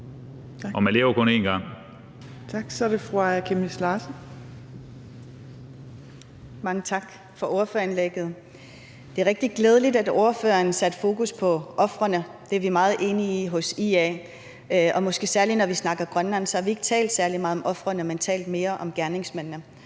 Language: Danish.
Mange tak for ordførerindlægget. Det er rigtig glædeligt, at ordføreren satte fokus på ofrene. Det er vi meget enige i hos IA. Måske særlig når vi snakker Grønland, har vi ikke talt særlig meget om ofrene, men talt mere om gerningsmændene.